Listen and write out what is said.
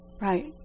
Right